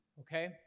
okay